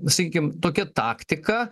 sakykim tokia taktika